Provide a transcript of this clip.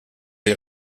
les